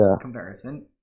comparison